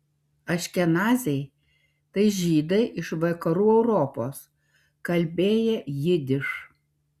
aškenaziai tai žydai iš vakarų europos kalbėję jidiš